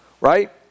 Right